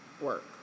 work